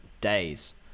days